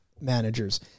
managers